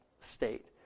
state